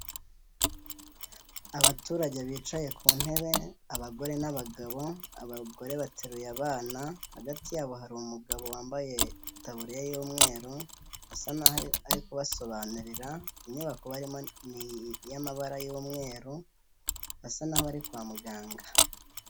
Abaturage bicaye ku ntebe, abagore n'abagabo, abagore bateruye abana hagati yabo hari umugabo wambaye itaburiya y'umweru asa naho ari kubasobanurira, inyubako barimo ni iy'amabara y'umweru hasa naho ari kwa muganga.